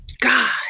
God